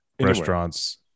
restaurants